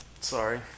Sorry